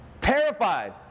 terrified